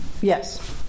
Yes